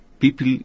People